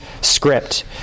script